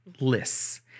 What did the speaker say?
lists